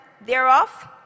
thereof